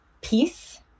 peace